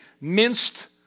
minced